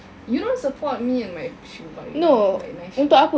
you don't support me and my shoe buying like nice shoes